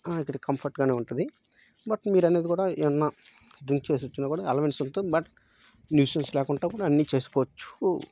ఇక్కడ కంఫర్ట్గానే ఉంటుంది బట్ మీరు అనేది కూడా ఏవన్నా డ్రింక్ చేసి వచ్చినా కూడా అలొవెన్స్ ఉండటం బట్ న్యూసెన్స్ లేకుంటా కూడా అన్నీ చేసుకోవచ్చు